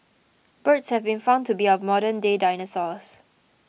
birds have been found to be our modern day dinosaurs